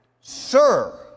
Sir